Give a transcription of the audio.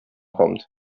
kommt